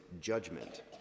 judgment